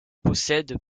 possède